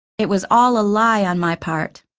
it was all a lie on my part,